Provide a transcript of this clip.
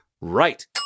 Right